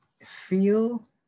feel